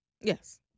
Yes